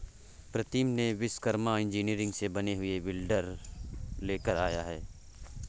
प्रीतम ने विश्वकर्मा इंजीनियरिंग से बने हुए वीडर लेकर आया है